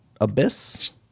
Abyss